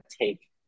take